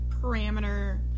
parameter